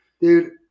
Dude